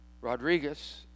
Rodriguez